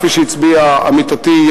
כפי שהצביעה עמיתתי,